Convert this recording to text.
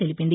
తెలిపింది